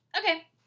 Okay